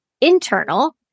internal